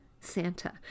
Santa